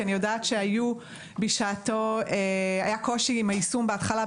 אני יודעת שהיה קושי ביישום בהתחלה,